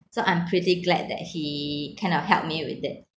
so I'm pretty glad that he kind of help me with it